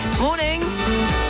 morning